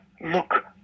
look